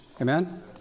amen